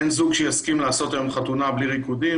אין זוג שיסכים היום לעשות חתונה בלי ריקודים.